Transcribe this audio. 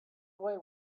boy